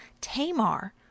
Tamar